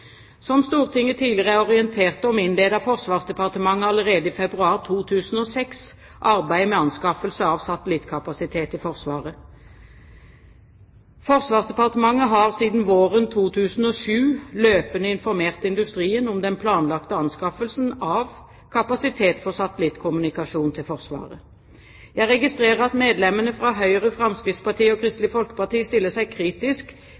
Som Stortinget tidligere er orientert om, innledet Forsvarsdepartementet allerede i februar 2006 arbeidet med anskaffelse av satellittkapasitet til Forsvaret. Forsvarsdepartementet har siden våren 2007 løpende informert industrien om den planlagte anskaffelsen av kapasitet for satellittkommunikasjon til Forsvaret. Jeg registrerer at medlemmene fra Høyre, Fremskrittspartiet og Kristelig Folkeparti stiller seg